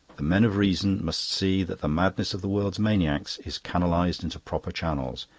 the men of reason must see that the madness of the world's maniacs is canalised into proper channels,